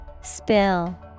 Spill